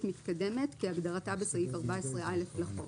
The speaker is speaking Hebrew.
מתקדמת" כהגדרתה בסעיף 14א לחוק.